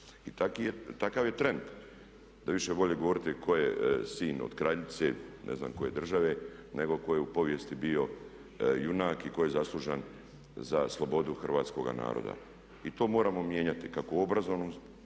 I takav je trend da više voli govoriti tko je sin od kraljice ne znam koje države, nego tko je u povijesti bio junak i tko je zaslužan za slobodu Hrvatskoga naroda. I to moramo mijenjati kako u obrazovnom,